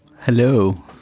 Hello